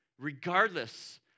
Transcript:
regardless